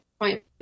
point